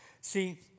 See